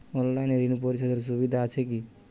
অনলাইনে ঋণ পরিশধের সুবিধা আছে কি?